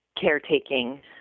caretaking